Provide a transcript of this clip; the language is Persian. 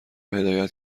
هدایت